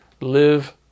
live